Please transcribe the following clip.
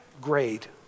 grade